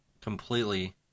completely